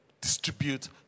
distribute